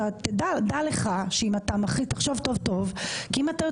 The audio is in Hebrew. דע לך שאם אתה מחליט,